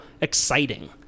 exciting